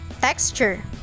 texture